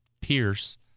Pierce